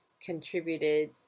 contributed